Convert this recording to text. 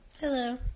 Hello